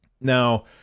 Now